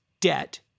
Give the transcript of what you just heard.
debt